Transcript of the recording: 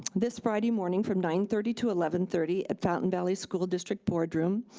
this friday morning from nine thirty to eleven thirty at fountain valley school district board room.